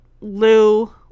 Lou